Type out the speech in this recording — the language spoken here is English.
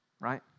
Right